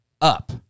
up